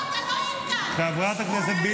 תודה לכם.